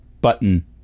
button